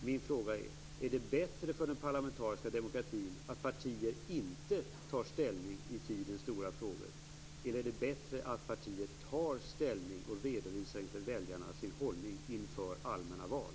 Min fråga är då: Är det bättre för den parlamentariska demokratin att partier inte tar ställning i tidens stora frågor, eller är det bättre att partier tar ställning och redovisar för väljarna sin hållning inför allmänna val?